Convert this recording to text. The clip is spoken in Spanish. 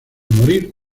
morir